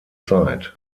zeit